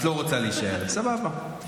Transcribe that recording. את לא רוצה להישאר, סבבה.